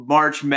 March